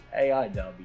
AIW